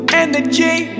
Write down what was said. energy